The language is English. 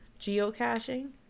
geocaching